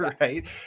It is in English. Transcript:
Right